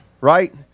right